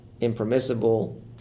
impermissible